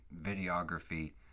videography